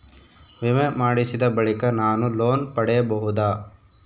ವಿಮೆ ಮಾಡಿಸಿದ ಬಳಿಕ ನಾನು ಲೋನ್ ಪಡೆಯಬಹುದಾ?